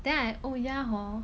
then I oh ya hor